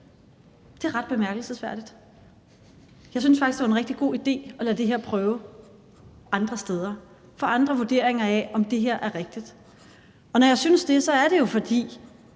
Det er ret bemærkelsesværdigt. Jeg synes faktisk, det er en rigtig god idé at lade det her prøve andre steder og få andre vurderinger af, om det her er rigtigt. Og når jeg synes det, er det jo,